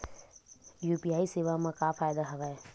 UPI सेवा मा का फ़ायदा हवे?